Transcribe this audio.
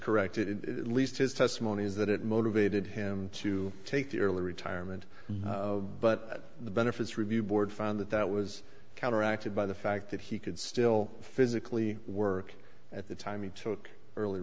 correct it least his testimony is that it motivated him to take the early retirement but the benefits review board found that that was counteracted by the fact that he could still physically work at the time he took early